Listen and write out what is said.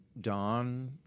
Don